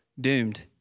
doomed